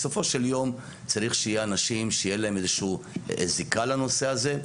בסופו של יום צריך שיהיה אנשים שיהיה להם זיקה לנושא הזה.